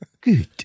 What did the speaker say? Good